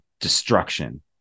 Destruction